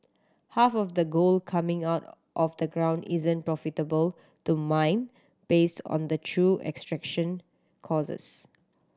half of the gold coming out of the ground isn't profitable to mine based on the true extraction causes